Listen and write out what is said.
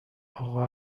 اقا